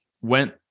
went